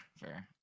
fair